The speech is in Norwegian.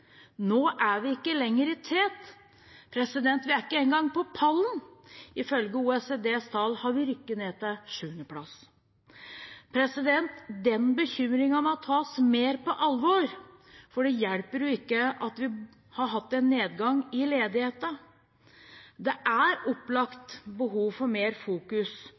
Nå er vi ikke lenger i tet – vi er ikke engang på pallen. Ifølge OECDs tall har vi rykket ned til sjuende plass. Den bekymringen må tas mer på alvor, for det hjelper ikke at vi har hatt en nedgang i ledigheten. Det er opplagt behov for mer fokus